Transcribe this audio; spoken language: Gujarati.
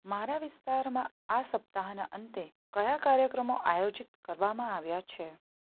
મારા વિસ્તારમાં આ સપ્તાહના અંતે કયા કાર્યક્રમો આયોજિત કરવામાં આવ્યા છે